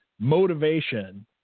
motivation